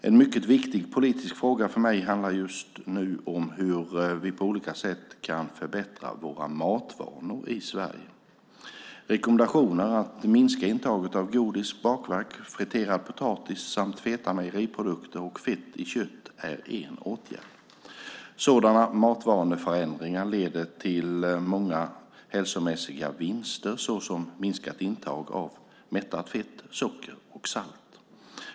En mycket viktig politisk fråga för mig just nu handlar om hur vi på olika sätt kan förbättra våra matvanor i Sverige. Rekommendationer att minska intaget av godis, bakverk, friterad potatis samt feta mejeriprodukter och fett i kött är en åtgärd. Sådana matvaneförändringar leder till många hälsomässiga vinster såsom minskat intag av mättat fett, socker och salt.